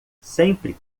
sempre